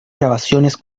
grabaciones